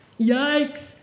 Yikes